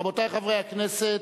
רבותי חברי הכנסת,